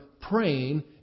praying